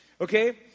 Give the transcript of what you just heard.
Okay